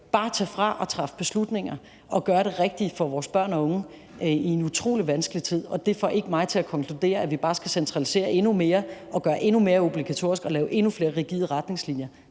bare tage fra og træffe beslutninger og gøre det rigtige for vores børn og unge i en utrolig vanskelig tid. Og det får ikke mig til at konkludere, at vi bare skal centralisere endnu mere og gøre endnu mere obligatorisk og lave endnu flere rigide retningslinjer,